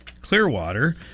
Clearwater